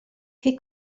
che